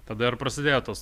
tada ir prasidėjo tas